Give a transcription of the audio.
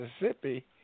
Mississippi